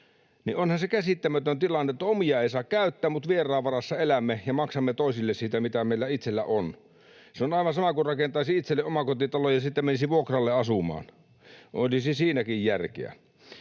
Onhan se käsittämätön tilanne, että omia ei saa käyttää vaan vieraan varassa elämme ja maksamme toisille siitä, mitä meillä itsellämme on. Se on aivan sama kuin että rakentaisi itselleen omakotitalon ja sitten menisi vuokralle asumaan. Olisipa siinäkin järkeä.